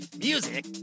music